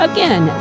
Again